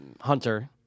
Hunter